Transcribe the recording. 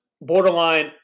borderline